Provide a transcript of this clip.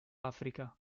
africa